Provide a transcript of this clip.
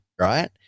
right